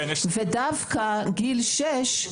ודווקא גיל 6,